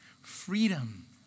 freedom